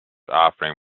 offering